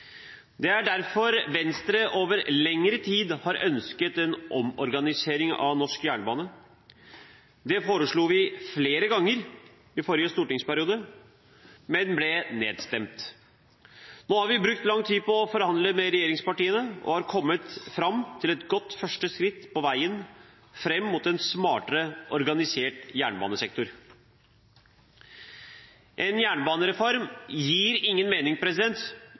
Det er derfor Venstre over lengre tid har ønsket en omorganisering av norsk jernbane. Det foreslo vi flere ganger i forrige stortingsperiode, men ble nedstemt. Nå har vi brukt lang tid på å forhandle med regjeringspartiene og har kommet fram til et godt første skritt på veien fram mot en smartere organisert jernbanesektor. En jernbanereform gir ingen mening